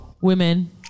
Women